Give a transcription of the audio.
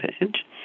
page